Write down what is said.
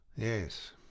Yes